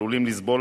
עלולים לסבול